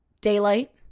daylight